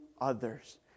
others